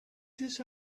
this